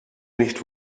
nicht